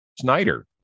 Snyder